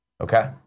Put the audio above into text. Okay